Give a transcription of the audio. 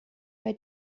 bei